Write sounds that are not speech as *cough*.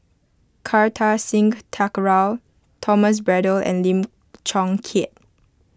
Kartar Singh Thakral Thomas Braddell and Lim *noise* Chong Keat